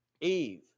Eve